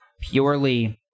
purely